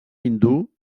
hindú